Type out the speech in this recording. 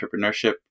entrepreneurship